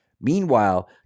Meanwhile